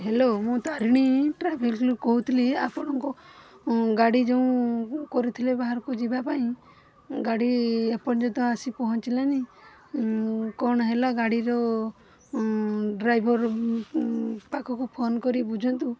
hello ମୁଁ ତାରିଣୀ ଟ୍ରାଭେଲସ୍ରୁ କହୁଥିଲି ଆପଣଙ୍କ ଗାଡ଼ି ଯେଉଁ କରିଥିଲେ ବାହାରକୁ ଯିବା ପାଇଁ ଗାଡ଼ି ଏପର୍ଯ୍ୟନ୍ତ ଆସି ପହଞ୍ଚିଲାନି କ'ଣ ହେଲା ଗାଡ଼ିର ଡ୍ରାଇଭର୍ ପାଖକୁ ଫୋନ୍ କରିକି ବୁଝନ୍ତୁ